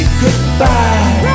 goodbye